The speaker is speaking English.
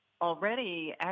already